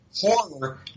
horror